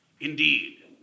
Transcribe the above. Indeed